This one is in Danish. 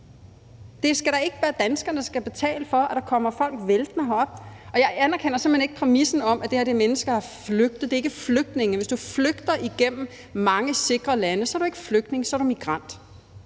Det skal da ikke være danskerne, der skal betale for, at der kommer folk væltende herop, og jeg anerkender simpelt hen ikke præmissen om, at det her er mennesker, der er flygtet. Det er ikke flygtninge. Hvis du flygter igennem mange sikre lande, er du ikke flygtning, så er du migrant.